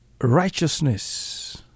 Righteousness